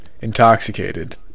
intoxicated